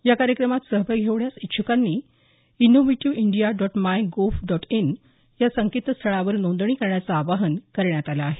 या कार्यक्रमात सहभागी होण्यास इच्छ्कांनी innovative India dot my gov dot in या संकेतस्थळावर नोंदणी करण्याचं आवाहन करण्यात आलं आहे